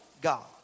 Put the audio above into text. God